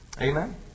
Amen